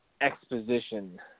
exposition